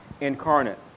incarnate